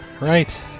Right